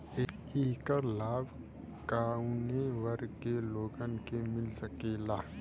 ऐकर लाभ काउने वर्ग के लोगन के मिल सकेला?